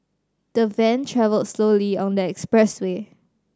the van travelled slowly on the expressway